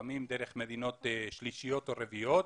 לפעמים דרך מדינות שלישיות או רביעיות,